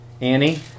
Annie